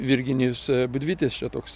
virginijus budvytis čia toks